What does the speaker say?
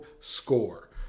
SCORE